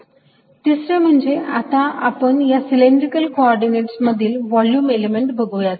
2π2πRh तिसरे म्हणजे आता आपण या सिलेंड्रिकल कॉर्डीनेटस मधील व्हॉल्युम एलिमेंट बघुयात